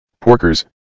Porkers